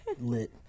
Lit